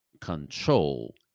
Control